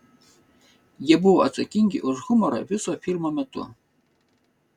jie buvo atsakingi už humorą viso filmo metu